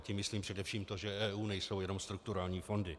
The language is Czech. Tím myslím především to, že EU nejsou jenom strukturální fondy.